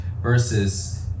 versus